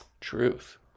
Truth